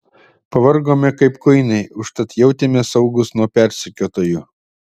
pavargome kaip kuinai užtat jautėmės saugūs nuo persekiotojų